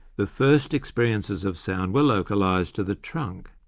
the first experiences of sound were localised to the trunk.